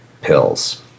pills